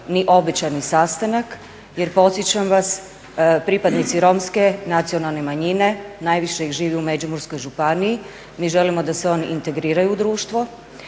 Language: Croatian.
ni obećani sastanak? Jer podsjećam vas pripadnici Romske nacionalne manjine najviše ih živi u Međimurskoj županiji, mi želimo da se oni integriraju u društvo,